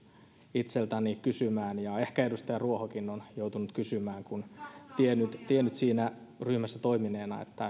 itseltäni kysymään ja ehkä edustaja ruohokin on joutunut kysymään siinä ryhmässä toimineena